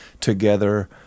together